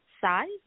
size